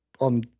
on